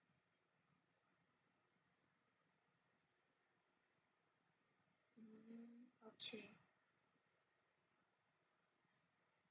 change